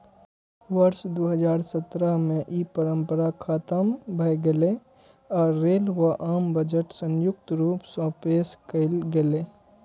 वर्ष दू हजार सत्रह मे ई परंपरा खतम भए गेलै आ रेल व आम बजट संयुक्त रूप सं पेश कैल गेलै